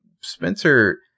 Spencer